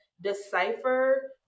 decipher